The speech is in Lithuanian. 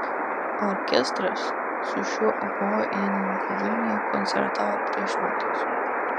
orkestras su šiuo obojininku vilniuje koncertavo prieš metus